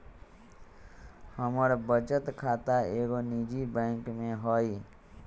हमर बचत खता एगो निजी बैंक में हइ